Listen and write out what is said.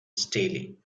staley